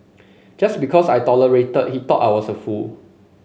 just because I tolerated he thought I was a fool